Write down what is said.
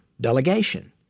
delegation